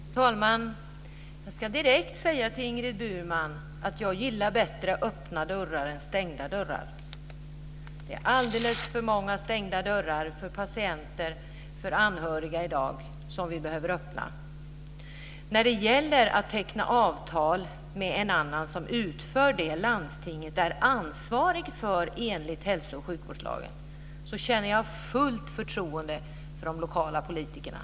Fru talman! Jag ska direkt säga till Ingrid Burman att jag gillar öppna dörrar bättre än stängda dörrar. Det är alldeles för många stängda dörrar för patienter och för anhöriga i dag som vi behöver öppna. När det gäller att teckna avtal med en annan som utför det som landstinget är ansvarigt för enligt hälsooch sjukvårdslagen känner jag fullt förtroende för de lokala politikerna.